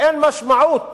ואין משמעות